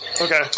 Okay